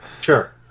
Sure